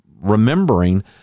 remembering